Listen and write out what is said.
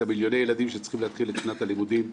את מיליוני הילדים שצריכים להתחיל את שנת הלימודים.